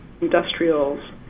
industrials